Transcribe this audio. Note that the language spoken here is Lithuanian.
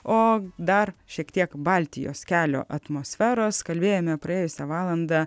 o dar šiek tiek baltijos kelio atmosferos kalbėjome praėjusią valandą